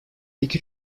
iki